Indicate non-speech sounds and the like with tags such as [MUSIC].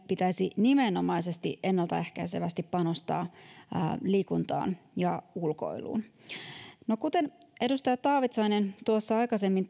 pitäisi nimenomaisesti ennaltaehkäisevästi panostaa liikuntaan ja ulkoiluun no kuten edustaja taavitsainen tuossa aikaisemmin [UNINTELLIGIBLE]